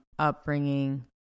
Upbringing